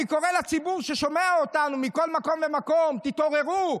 אני קורא לציבור ששומע אותנו בכל מקום ומקום: תתעוררו.